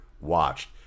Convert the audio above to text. watched